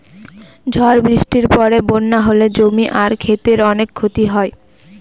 ঝড় বৃষ্টির পরে বন্যা হলে জমি আর ক্ষেতের অনেক ক্ষতি হয়